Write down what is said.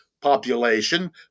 Population